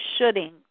shoulding